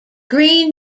greene